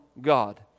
God